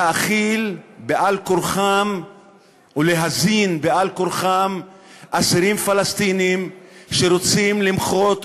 להאכיל בעל כורחם ולהזין בעל כורחם אסירים פלסטינים שרוצים למחות,